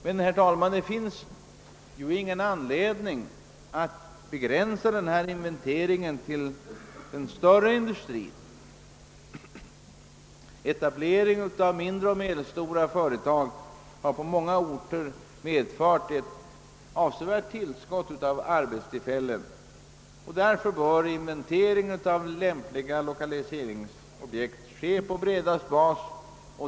Men, herr talman, det finns nu ingen anledning att begränsa denna inventering till den större industrin. Etableringen av mindre och medelstora företag har på många orter medfört ett avsevärt tillskott av arbetstillfällen, och därför bör en inventering av lämpliga lokaliseringsobjekt ske på bredaste bas.